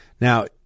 Now